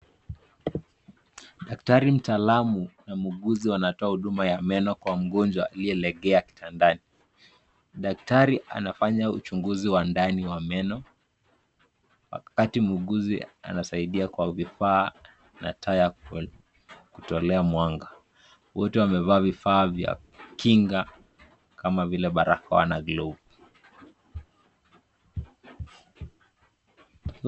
Daktari mtaalam na muuguzi wanatoa huduma ya meno kwa mgonjwa aliyelegea kitandani. Daktari anafanya uchunguzi wa ndani wa meno wakati muuguzi anasaidia kwa vifaa na taa ya kutolea mwanga. Wote wamevaa vifaa vya kinga kama vile barakoa na glavu.